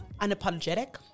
unapologetic